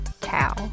cow